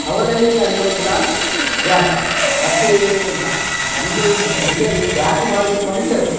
ಅವರಲ್ಲಿ ನಡೆಯುವಂಥ ಜಾತಿ ಮತ್ತೇನ್ಲ ನನಗೆ ಒಂದು ಹಿರಿಯರು ಜಾತಿ ಮಾಡಿದ್ದು ಮನುಷ್ಯರು